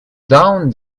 down